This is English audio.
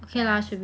ya